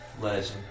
Legend